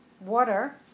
Water